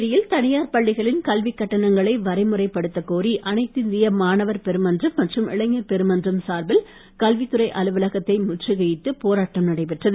புதுச்சேரியில் தனியார் பள்ளிகளின் கல்விக் கட்டணங்களை வரைமுறைப்படுத்தக் கோரி அனைத்திந்திய மாணவர் பெருமன்றம் மற்றும் இளைஞர் பெருமன்றம் சார்பில் கல்வித்துறை அலுவலகத்தை முற்றுகையிட்டு போராட்டம் நடைபெற்றது